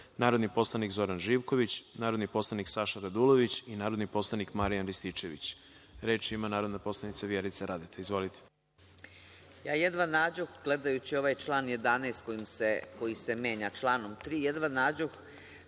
narodni poslanik Zoran Živković, narodni poslanik Saša Radulović i narodni poslanik Marijan Rističević. Reč ima narodna poslanica Vjerica Radeta. Izvolite. **Vjerica Radeta** Ja jedva nađoh, gledajući ovaj član 11. koji se menja članom 3, šta je